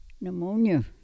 Pneumonia